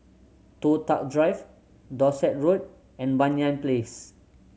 Toh Tuck Drive Dorset Road and Banyan Place